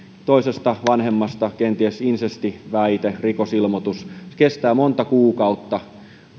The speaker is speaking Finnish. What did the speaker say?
toisesta vanhemmasta kenties insestiväite rikosilmoitus se kestää monta kuukautta